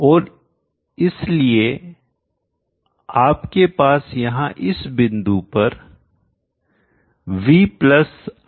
और इसलिए आपके पास यहां इस बिंदु पर v iRs हे